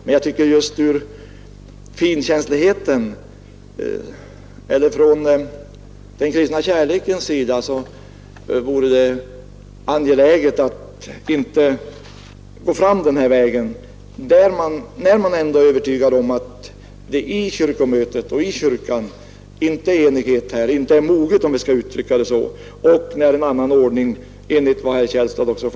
Men jag tycker att finkänsligheten och den kristna kärleken skulle bjuda att man inte går fram den här vägen, när man ändå är övertygad om att det inom kyrkan inte råder enighet på denna punkt, att man inte är mogen för detta, om vi skall uttrycka det så, och när en annan ordning, som herr Källstad vet, skymtar.